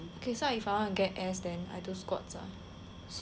okay so if I want to like get ass then I do squats ah